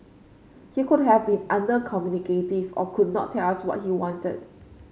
he could have been uncommunicative or could not tell us what he wanted